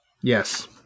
Yes